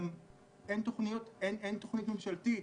גם אין תוכנית ממשלתית,